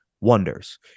wonders